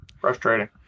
Frustrating